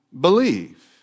believe